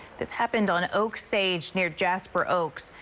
this happened on oak sage near jasper oaks.